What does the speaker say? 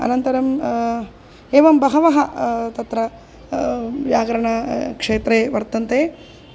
अनन्तरम् एवं बहवः तत्र व्याकरणं क्षेत्रे वर्तन्ते